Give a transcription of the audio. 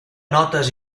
notes